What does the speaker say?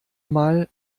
mal